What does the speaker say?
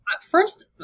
first